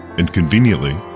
and conveniently,